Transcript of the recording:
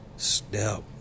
Step